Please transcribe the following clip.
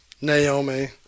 Naomi